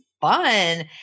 fun